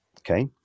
Okay